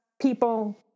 people